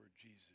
Jesus